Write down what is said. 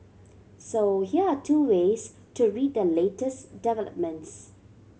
so here are two ways to read the latest developments